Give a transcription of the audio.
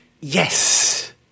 Yes